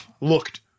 looked